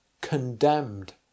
condemned